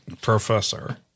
professor